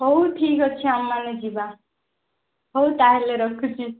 ହଉ ଠିକ ଅଛି ଆମମାନେ ଯିବା ହଉ ତାହେଲେ ରଖୁଛି